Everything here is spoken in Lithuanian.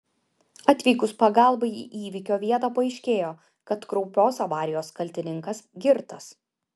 atvykus pagalbai į įvykio vietą paaiškėjo kad kraupios avarijos kaltininkas girtas